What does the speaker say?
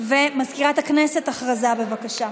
מזכירת הכנסת, הודעה, בבקשה.